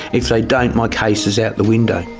if they don't my case is out the window.